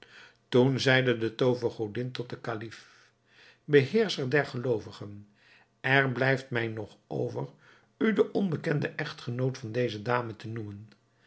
toen zeide de toovergodin tot den kalif beheerscher der geloovigen er blijft mij nog over u den onbekenden echtgenoot van deze dame te noemen